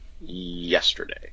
yesterday